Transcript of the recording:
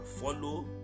follow